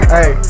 Hey